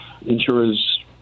Insurers